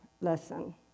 lesson